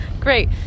Great